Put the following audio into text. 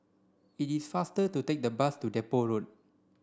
it is faster to take the bus to Depot Road